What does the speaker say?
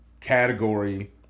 category